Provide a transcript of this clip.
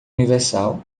universal